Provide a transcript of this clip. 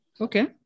Okay